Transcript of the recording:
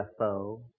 UFO